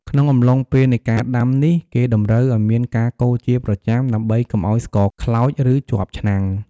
ក្នុងអំឡុងពេលនៃការដាំនេះ គេតម្រូវឲ្យមានការកូរជាប្រចាំ ដើម្បីកុំឲ្យស្ករខ្លោច ឬជាប់ឆ្នាំង។